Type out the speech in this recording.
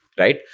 right?